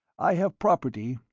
i have property,